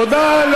תודה.